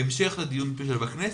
בהמשך לדיון בכנסת,